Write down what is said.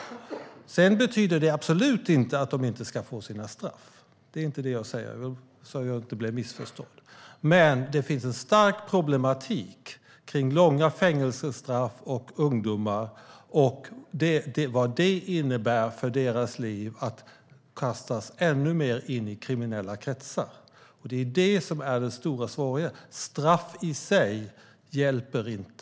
Men det betyder absolut inte att de inte ska få något straff, det är inte det jag säger - så att jag inte blir missförstådd. Men det finns en stark problematik kring långa fängelsestraff och ungdomar och vad det innebär för deras liv att kastas ännu längre in kriminella kretsar. Det är det som är den stora svårigheten. Straff i sig hjälper inte.